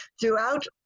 throughout